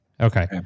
Okay